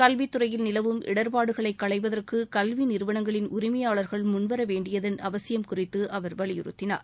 கல்வித்துறையில் நிலவும் இடர்பாடுகளை கலைவதற்கு கல்வி நிறுவனங்களின் உரிமையாளர்கள் முன்வர வேண்டியதன் அவசியம் குறித்து அவர் வலியுறுத்தினார்